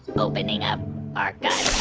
opening up archive